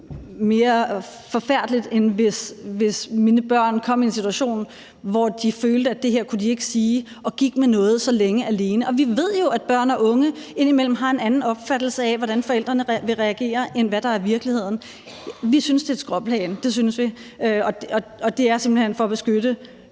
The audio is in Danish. mere forfærdeligt, end hvis mine børn kom i en situation, hvor de følte, at de ikke kunne sige det, og gik med noget alene så længe. Og vi ved jo, at børn og unge indimellem har en anden opfattelse af, hvordan forældrene vil reagere, end hvad der er virkeligheden. Vi synes, det er et skråplan. Det er simpelt hen for at beskytte